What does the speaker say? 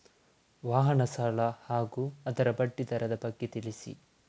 ವಾಹನ ಸಾಲ ಹಾಗೂ ಅದರ ಬಡ್ಡಿ ದರದ ಬಗ್ಗೆ ತಿಳಿಸಿ?